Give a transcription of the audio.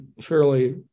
fairly